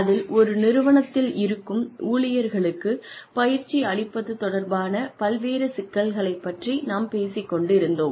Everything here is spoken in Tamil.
அதில் ஒரு நிறுவனத்தில் இருக்கும் ஊழியர்களுக்கு பயிற்சி அளிப்பது தொடர்பான பல்வேறு சிக்கல்களை பற்றி நாம் பேசிக் கொண்டிருந்தோம்